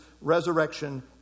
resurrection